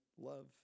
love